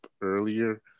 earlier